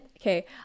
okay